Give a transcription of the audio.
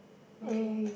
okay